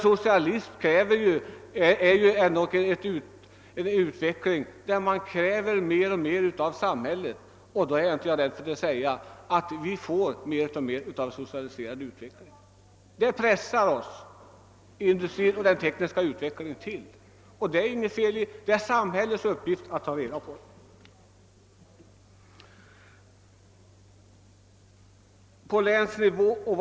Socialism innebär ju bl.a. att man kräver mer och mer av samhället, och jag tvekar därför inte att säga att vi alltmer kommer att få en utveckling i socialistisk riktning. Det tekniska och industriella framåtskridandet kräver detta. Det är inget fel att så sker.